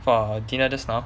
for dinner just now